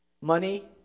money